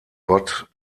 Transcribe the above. gott